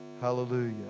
hallelujah